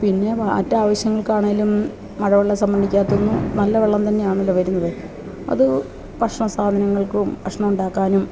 പിന്നെ വ മറ്റാവശ്യങ്ങള്ക്കാണെങ്കിലും മഴവെള്ള സംഭണിക്കകത്തു നിന്ന് നല്ല വെള്ളം തന്നെയാണല്ലോ വരുന്നത് അതു ഭക്ഷണ സാധനങ്ങള്ക്കും ഭഷ്ണം ഉണ്ടാക്കാനും